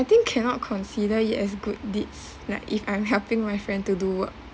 I think cannot consider it as good deeds like if I'm helping my friend to do work